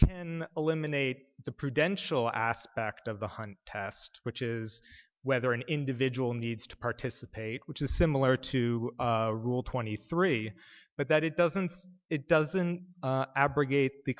can eliminate the prudential aspect of the one test which is whether an individual needs to participate which is similar to rule twenty three but that it doesn't it doesn't abrogate the